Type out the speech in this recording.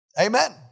Amen